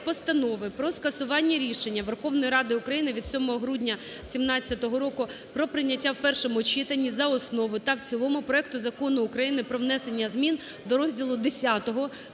Постанови про скасування рішення Верховної Ради України від 7 грудня 2017 року про прийняття в першому читанні за основу та в цілому проекту Закону України "Про внесення змін до розділу Х "Перехідні